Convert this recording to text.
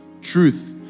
Truth